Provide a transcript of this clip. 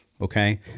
Okay